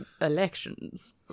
elections